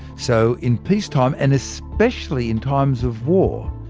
so, in peacetime, and especially in times of war,